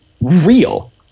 real